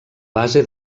base